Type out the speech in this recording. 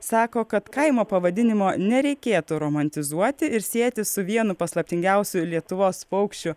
sako kad kaimo pavadinimo nereikėtų romantizuoti ir sieti su vienu paslaptingiausių lietuvos paukščiu